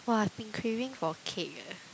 !wah! I've been craving for cake eh